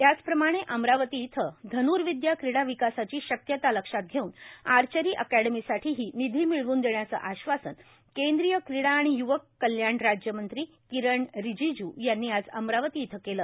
त्याचप्रमाणेए अमरावती इथं धन्विदया क्रीडा विकासाची शक्यता लक्षात घेऊन आर्चरी अकॅडमीसाठीही निधी मिळव्न देण्याचं आश्वासन केंद्रीय क्रीडा आणि युवक कल्याण राज्यमंत्री किरेन रिजिज् यांनी आज अमरावती इथं दिलं